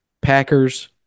Packers